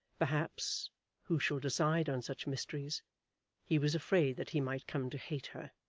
perhaps who shall decide on such mysteries he was afraid that he might come to hate her.